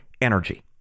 energy